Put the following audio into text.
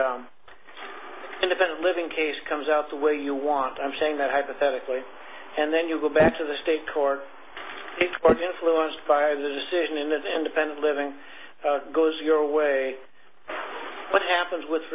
independent living case comes out the way you want i'm saying that hypothetically and then you go back to the state court influenced by the decision in an independent living goes your way what happens with